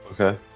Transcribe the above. Okay